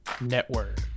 Network